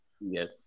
Yes